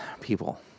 people